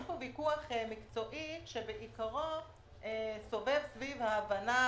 יש פה ויכוח מקצועי שבעיקרו סובב סביב ההבנה